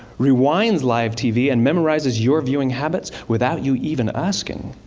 rewinds live tv and memorizes your viewing habits without you even asking.